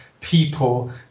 people